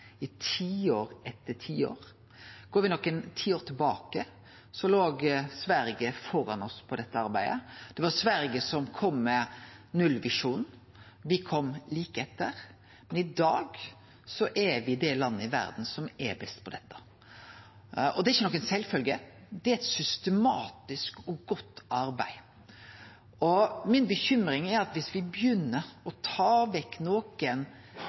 i tiår etter tiår. Går me nokre tiår tilbake, låg Sverige føre oss i dette arbeidet. Det var Sverige som kom med nullvisjonen. Me kom like etter. Men i dag er me det landet i verda som er best på dette. Og det er ikkje noka sjølvfølgje, det er eit systematisk og godt arbeid. Bekymringa mi er at viss me begynner å ta vekk